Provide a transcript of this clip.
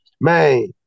man